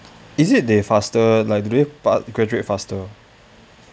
is it they faster like do they pa~ graduate faster